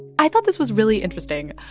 i thought this was really interesting.